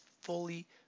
fully